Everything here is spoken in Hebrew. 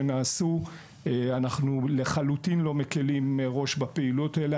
אנחנו לחלוטין לא מקלים ראש בפעילויות האלה,